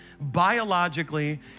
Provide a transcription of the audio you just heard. biologically